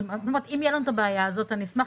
כלומר אם תהיה לנו את הבעיה הזאת אני אשמח